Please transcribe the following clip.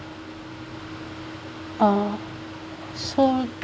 uh so